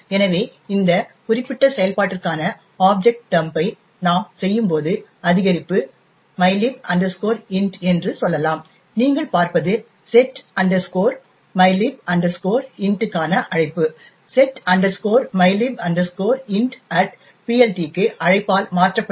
எனவே இந்த குறிப்பிட்ட செயல்பாட்டிற்கான ஆப்ஜெக்ட் டம்பை நாம் செய்யும்போது அதிகரிப்பு mylib int என்று சொல்லலாம் நீங்கள் பார்ப்பது set mylib int க்கான அழைப்பு set mylib intPLT க்கு அழைப்பால் மாற்றப்படுகிறது